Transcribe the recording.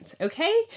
Okay